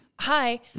Hi